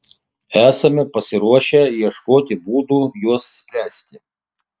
esame pasiruošę ieškoti būdų juos spręsti